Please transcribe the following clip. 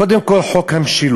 קודם כול, חוק המשילות.